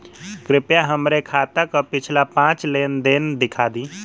कृपया हमरे खाता क पिछला पांच लेन देन दिखा दी